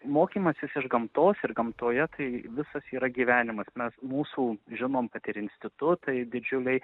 mokymasis iš gamtos ir gamtoje tai visas yra gyvenimas mes mūsų žinom kad ir institutai didžiuliai